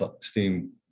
steam